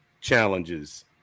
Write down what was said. challenges